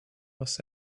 was